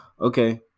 okay